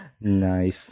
nice